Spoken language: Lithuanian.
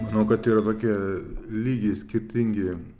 manau kad yra tokie lygiai skirtingi